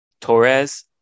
Torres